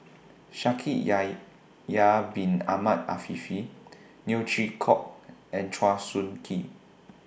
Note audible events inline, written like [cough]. [unintelligible] Yahya Bin Ahmed Afifi Neo Chwee Kok and Chua Soo Khim